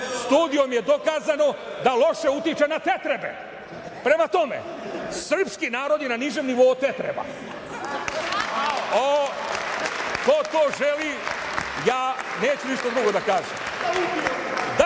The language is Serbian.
studijom je dokazano da loše utiče na tetrebe. Prema tome, srpski narod je na nižem nivou od tetreba. Ko to želi, ja neću ništa drugo da kažem. Dalje,